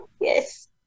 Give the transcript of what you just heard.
Yes